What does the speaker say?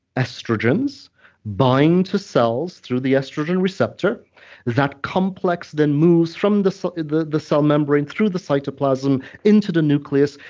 estrogens bind to cells through the estrogen receptor that complex then moves from the sort of the cell membrane through the cytoplasm, into the nucleus,